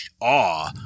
awe